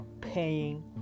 paying